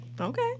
Okay